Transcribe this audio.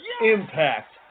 Impact